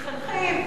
מתחנכים,